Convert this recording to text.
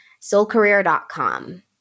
Soulcareer.com